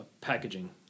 packaging